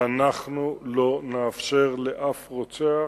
ואנחנו לא נאפשר לאף רוצח